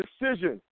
decision